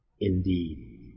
indeed